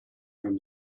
from